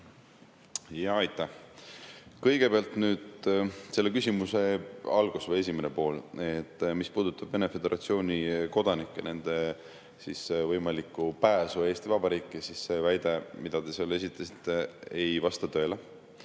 Aitäh! Kõigepealt nüüd selle küsimuse algus või esimene pool, mis puudutab Vene föderatsiooni kodanikke, nende võimalikku pääsu Eesti Vabariiki. See väide, mida te esitasite, ei vasta tõele.